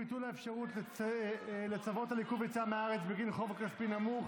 ביטול האפשרות לצוות על עיכוב יציאה מהארץ בגין חוב כספי נמוך)